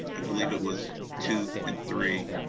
i believe it was two and three.